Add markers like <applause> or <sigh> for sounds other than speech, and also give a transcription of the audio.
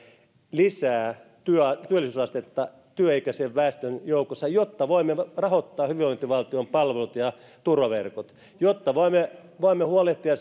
lisää työllisyysastetta työikäisen väestön joukossa jotta voimme rahoittaa hyvinvointivaltion palvelut ja turvaverkot jotta voimme huolehtia <unintelligible>